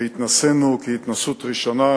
והתנסינו כהתנסות ראשונה,